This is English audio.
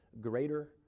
greater